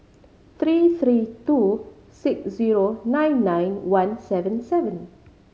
three three two six zero nine nine one seven seven